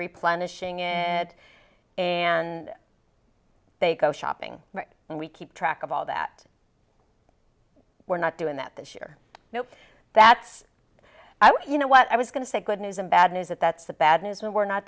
replenishing and they go shopping and we keep track of all that we're not doing that this year you know that's i want you know what i was going to say good news and bad news that that's the bad news and we're not